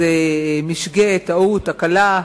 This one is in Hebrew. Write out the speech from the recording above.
2002, אני יכולה אולי לקרוא לזה משגה, טעות, תקלה,